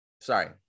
Sorry